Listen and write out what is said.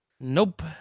Nope